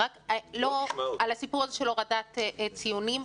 לגבי הסיפור של הורדת הציונים,